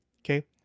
Okay